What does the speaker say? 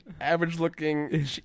Average-looking